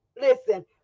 listen